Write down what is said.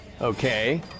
Okay